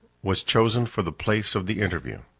was chosen for the place of the interview.